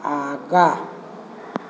आगाँ